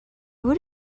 would